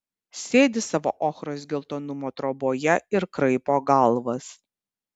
sėdi savo ochros geltonumo troboje ir kraipo galvas